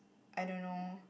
I don't know